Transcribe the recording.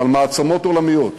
אבל מעצמות עולמיות.